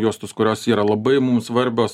juostos kurios yra labai mum svarbios